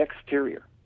exterior